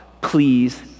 please